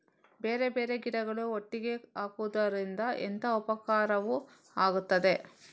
ಬೇರೆ ಬೇರೆ ಗಿಡಗಳು ಒಟ್ಟಿಗೆ ಹಾಕುದರಿಂದ ಎಂತ ಉಪಕಾರವಾಗುತ್ತದೆ?